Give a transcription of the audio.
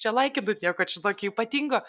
čia laikina nieko čia tokio ypatingo